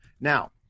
now